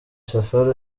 safari